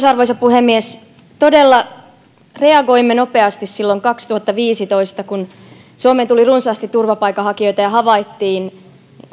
arvoisa puhemies todella reagoimme nopeasti silloin kaksituhattaviisitoista kun suomeen tuli runsaasti turvapaikanhakijoita ja havaittiin